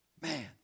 Man